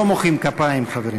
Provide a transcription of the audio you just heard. לא מוחאים כפיים, חברי.